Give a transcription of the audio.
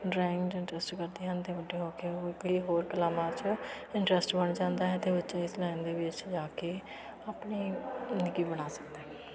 drawing 'ਚ interest ਕਰਦੇ ਹਨ ਅਤੇ ਵੱਡੇ ਹੋ ਕੇ 'ਚ ਇੰਟਰਸਟ ਬਣ ਜਾਂਦਾ ਹੈ ਅਤੇ ਬੱਚੇ ਇਸ ਲਾਈਨ ਦੇ ਵਿੱਚ ਜਾ ਕੇ ਆਪਣੀ ਜ਼ਿੰਦਗੀ ਬਣਾ ਸਕਦਾ ਹੈ